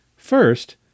First